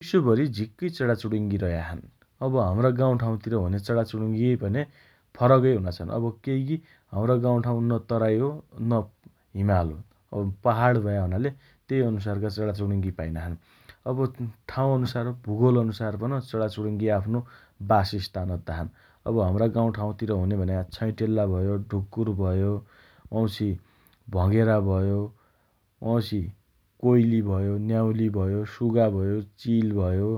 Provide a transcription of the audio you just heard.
विश्वभरी झिक्कै चणाचुणुङ्गी रया छन् । अब हम्रा गाउँ ठाँउतिर हुने चणाचुणुङ्गी भने फरकै हुना छन् । अब केइकी हम्रा गाउँठाउँ न तराइ हो, न हिमाल हो । अब पहाड भया हुनाले तेइ अनुसारको चणाचुणुङ्गी हुना छन् । अब अँ ठाउँ अनुसार भूगोल अनुसार पन चणाचुणुङ्गी आफ्नो बासस्थान अद्दा छन् । अब हम्रा गाउँठाउँतिर हुने भन्या छैँटेल्ला भयो, ढुक्कुर भयो, वाउँछि भँगेरा भयो, वाउँछि कोइली भयो, न्याउली भयो, सुगा भयो, चिल भयो,